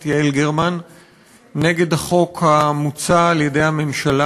יעל גרמן נגד החוק המוצע על-ידי הממשלה.